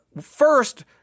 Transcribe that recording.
first